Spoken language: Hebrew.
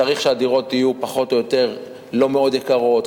צריך שהדירות יהיו פחות או יותר לא מאוד יקרות,